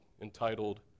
entitled